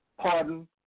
Pardon